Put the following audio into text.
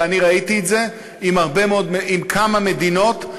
ואני ראיתי את זה עם כמה מדינות,